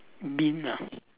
bin ah